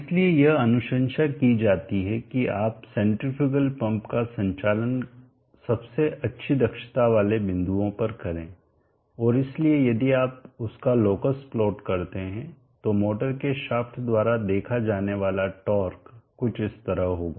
इसलिए यह अनुशंसा की जाती है कि आप सेंट्रीफ्यूगल पंप का संचालन सबसे अच्छी दक्षता वाले बिंदुओं पर करें और इसलिए यदि आप उसका लोकस प्लॉट करते हैं तो मोटर के शाफ्ट द्वारा देखा जाने वाला टार्क कुछ इस तरह होगा